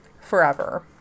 forever